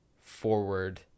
forward